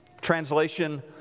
Translation